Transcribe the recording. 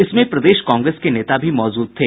इसमें प्रदेश कांग्रेस के नेता भी मौजूद थे